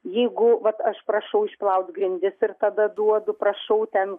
jeigu vat aš prašau išplaut grindis ir tada duodu prašau ten